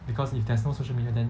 because if there's no social media then